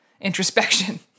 introspection